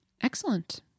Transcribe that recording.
excellent